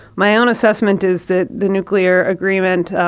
my own assessment is that the nuclear agreement,